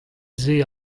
zeiz